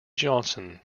johnson